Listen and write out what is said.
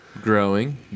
Growing